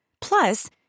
Plus